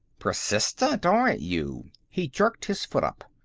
persistent, aren't you! he jerked his foot up.